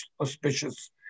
auspicious